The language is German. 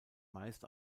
meist